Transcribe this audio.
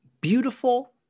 beautiful